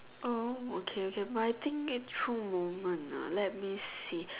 oh okay okay my think it through moment ah let me see